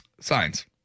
signs